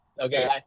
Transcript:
okay